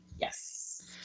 yes